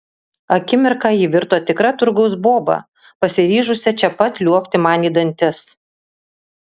akimirką ji virto tikra turgaus boba pasiryžusia čia pat liuobti man į dantis